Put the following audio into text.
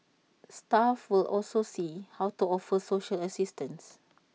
staff will also see how to offer social assistance